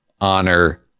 Honor